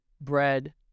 bread